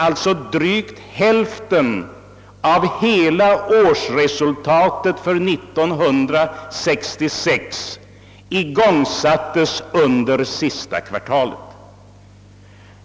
Alltså igångsattes under SiS ta kvartalet 1966 drygt hälften av hela årsantalet.